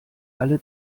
alle